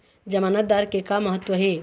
जमानतदार के का महत्व हे?